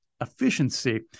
efficiency